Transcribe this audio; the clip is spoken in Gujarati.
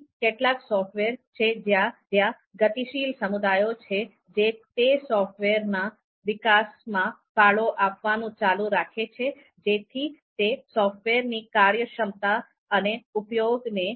તેથી કેટલાક સોફ્ટવેર છે જ્યાં ગતિશીલ સમુદાયો છે જે તે સોફ્ટવેર ના વિકાસમાં ફાળો આપવાનું ચાલુ રાખે છે જેથી તે સોફ્ટવેરની કાર્યક્ષમતા અને ઉપયોગ ને